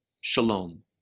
Shalom